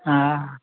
हा